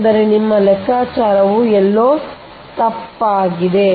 ಅಂದರೆ ನಿಮ್ಮ ಲೆಕ್ಕಾಚಾರವು ಎಲ್ಲೋ ತಪ್ಪಾಗಿದೆ